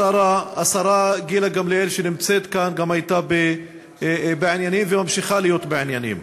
השרה גילה גמליאל שנמצאת כאן גם הייתה בעניינים וממשיכה להיות בעניינים.